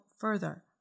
further